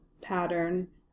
pattern